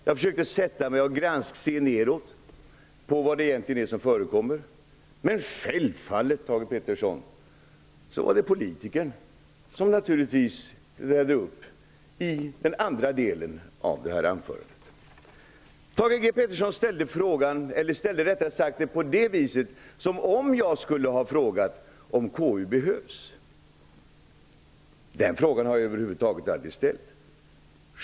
Jag försökte att se neråt och granska vad det egentligen är som förekommer, men självfallet var det politikern som uppträdde i den andra delen av anförandet, Thage G Peterson. Thage G Peterson sade att jag skulle ha frågat om KU behövs. Den frågan har jag över huvud taget aldrig ställt.